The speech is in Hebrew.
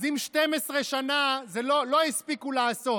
אז אם ב-12 שנה לא הספיקו לעשות,